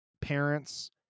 parents